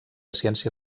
ciència